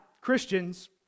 Christians